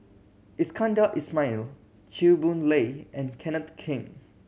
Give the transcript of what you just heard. Iskandar Ismail Chew Boon Lay and Kenneth Keng